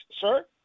Sir